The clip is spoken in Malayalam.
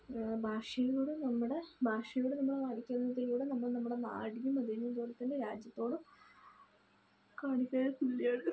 ഭാ ഭാഷയോടും നമ്മുടെ ഭാഷയോടും നമ്മുടെ വൽക്കരണത്തിലൂടെ നമ്മൾ നമ്മൾടെ നാടിനും അതുപോലെത്തന്നെ രാജ്യത്തോടും കരുതൽ ചെയ്യണം